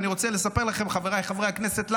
ואני רוצה לספר לכם למה, חבריי חברי הכנסת: